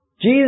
Jesus